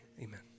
amen